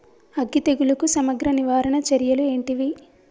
అగ్గి తెగులుకు సమగ్ర నివారణ చర్యలు ఏంటివి?